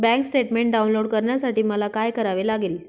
Bank statement download करण्यासाठी मला काय करावे लागेल?